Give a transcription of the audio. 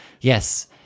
Yes